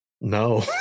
No